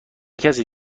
کسی